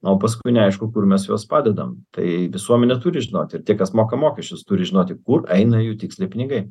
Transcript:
o paskui neaišku kur mes juos padedam tai visuomenė turi žinoti ir tie kas moka mokesčius turi žinoti kur eina jų tiksliai pinigai